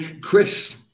Chris